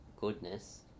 goodness